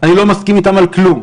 אני לא מסכים איתם על כלום.